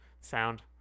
sound